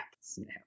Snap